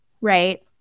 right